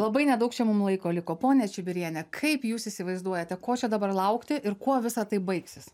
labai nedaug čia mum laiko liko ponia čibiriene kaip jūs įsivaizduojate ko čia dabar laukti ir kuo visa tai baigsis